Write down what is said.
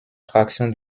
fraction